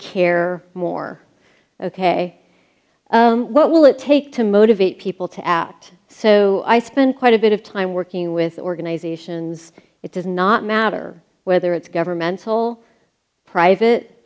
care more ok what will it take to motivate people to act so i spent quite a bit of time working with organizations it does not matter whether it's governmental private